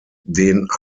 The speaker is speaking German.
den